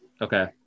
Okay